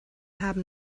haben